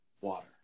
water